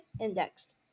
indexed